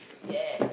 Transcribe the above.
yeah